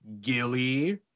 Gilly